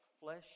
flesh